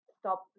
stop